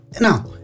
Now